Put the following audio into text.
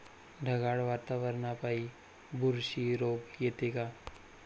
ढगाळ वातावरनापाई बुरशी रोग येते का?